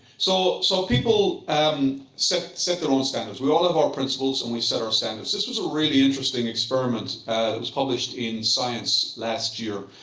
so so people um set set their own standards. we all have our principles and we set our standards. this was a really interesting experiment that and was published in science last year.